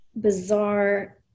bizarre